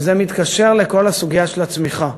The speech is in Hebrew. זה מתקשר לכל הסוגיה של הצמיחה.